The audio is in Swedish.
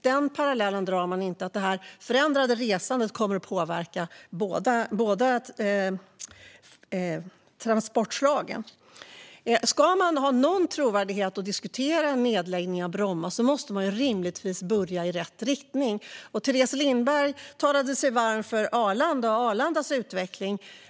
Man drar alltså inte slutsatsen att det förändrade resandet kommer att påverka båda dessa transportslag. Om man med någon trovärdighet ska kunna diskutera en nedläggning av Bromma måste man rimligtvis börja på rätt håll. Teres Lindberg talade sig varm för Arlanda och dess utveckling.